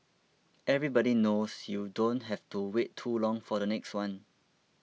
everybody knows you don't have to wait too long for the next one